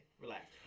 Relax